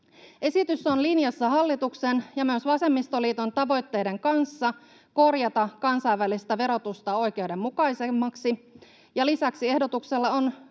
Esitys on linjassa hallituksen ja myös vasemmistoliiton tavoitteiden kanssa korjata kansainvälistä verotusta oikeudenmukaisemmaksi, ja lisäksi ehdotuksella on